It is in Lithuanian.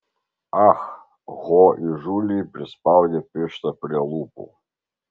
ah ho įžūliai prispaudė pirštą prie lūpų